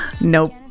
Nope